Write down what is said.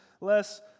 less